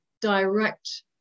direct